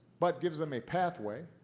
but gives them a pathway,